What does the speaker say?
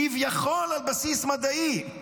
כביכול על בסיס מדעי,